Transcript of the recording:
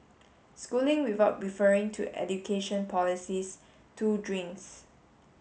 schooling without referring to education policies two drinks